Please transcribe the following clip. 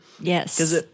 Yes